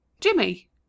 Jimmy